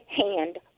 hand